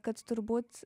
kad turbūt